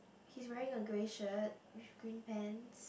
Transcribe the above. he's wearing a grey shirt with green pants